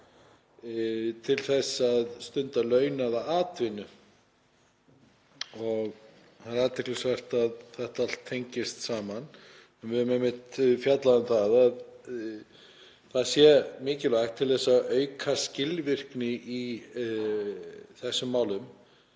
til þess að stunda launaða atvinnu og það er athyglisvert að þetta tengist allt saman. Við höfum einmitt fjallað um að það sé mikilvægt, til þess að auka skilvirkni í þessum málum,